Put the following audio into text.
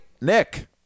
Nick